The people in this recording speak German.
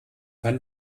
wann